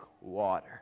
water